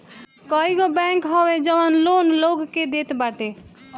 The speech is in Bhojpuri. कईगो बैंक हवे जवन लोन लोग के देत बाटे